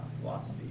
philosophy